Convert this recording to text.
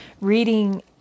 reading